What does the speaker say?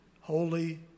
holy